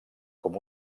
com